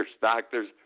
doctors